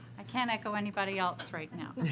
i can't echo anybody else right now